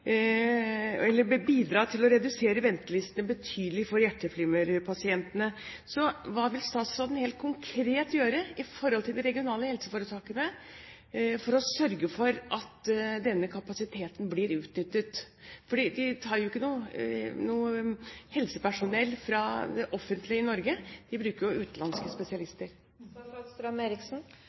bidra til å redusere ventelistene betydelig for hjerteflimmerpasientene. Hva vil statsråden, helt konkret, gjøre i forhold til de regionale helseforetakene for å sørge for at denne kapasiteten blir utnyttet? De tar jo ikke noe helsepersonell fra det offentlige i Norge, de bruker jo utenlandske